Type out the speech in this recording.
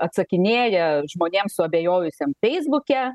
atsakinėja žmonėms suabejojusiem feisbuke